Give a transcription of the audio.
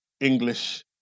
English